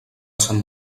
sant